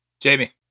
Jamie